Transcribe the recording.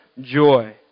joy